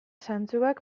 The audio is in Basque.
zantzuak